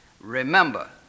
Remember